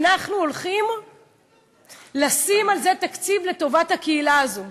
אנחנו הולכים לשים על זה תקציב לטובת הקהילה הזאת.